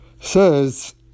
says